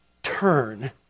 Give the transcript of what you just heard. Turn